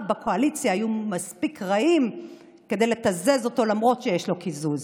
בקואליציה היו מספיק רעים לתזז אותו למרות שיש לו קיזוז.